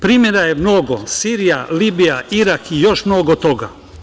Primera je mnogo - Sirija, Libija, Irak i još mnogo toga.